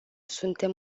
suntem